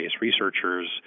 researchers